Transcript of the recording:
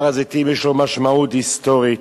הר-הזיתים, יש לו משמעות היסטורית.